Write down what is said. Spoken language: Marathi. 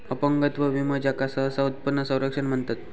अपंगत्व विमो, ज्याका सहसा उत्पन्न संरक्षण म्हणतत